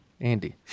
Andy